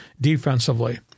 defensively